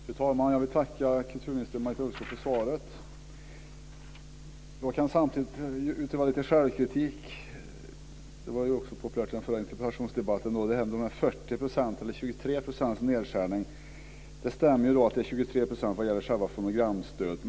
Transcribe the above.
Fru talman! Jag vill tacka kulturminister Marita Ulvskog för svaret. Jag kan samtidigt utöva lite självkritik, vilket också var populärt i den förra interpellationsdebatten. Det gäller det här med 40 eller 23 procents nedskärning. Det stämmer att det är 23 % när det gäller själva fonogramstödet.